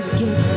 get